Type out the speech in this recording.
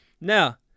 Now